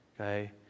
okay